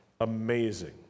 amazing